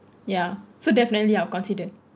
ya so definitely I'll consider